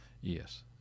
Yes